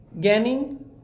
gaining